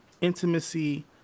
intimacy